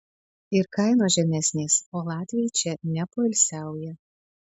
ir kainos žemesnės o latviai čia nepoilsiauja